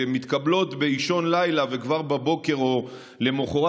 שמתקבלות באישון לילה וכבר בבוקר או למוחרת